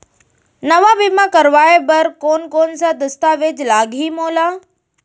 नवा बीमा करवाय बर कोन कोन स दस्तावेज लागही मोला?